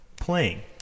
playing